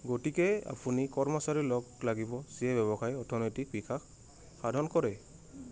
গতিকে আপুনি কৰ্মচাৰী লগ লাগিব যিয়ে ব্যৱসায় অৰ্থনৈতিক বিকাশ সাধন কৰে